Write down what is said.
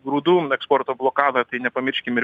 grūdų eksporto blokadą kai nepamirškim ir